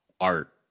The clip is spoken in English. art